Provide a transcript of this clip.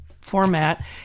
format